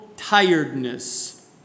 tiredness